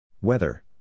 Weather